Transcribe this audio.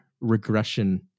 regression